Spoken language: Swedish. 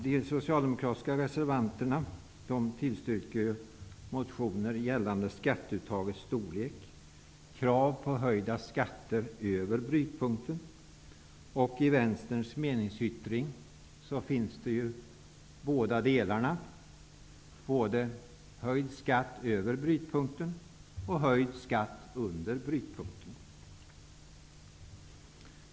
De socialdemokratiska reservanterna tillstyrker motioner gällande skatteuttagets storlek och krav på höjda skatter över brytpunkten. I Vänsterns meningsyttring finns båda delarna, både höjd skatt över brytpunkten och höjd skatt under brytpunkten.